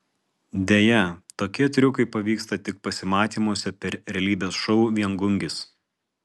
deja tokie triukai pavyksta tik pasimatymuose per realybės šou viengungis